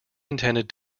intended